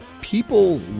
people